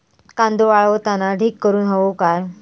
कांदो वाळवताना ढीग करून हवो काय?